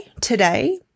today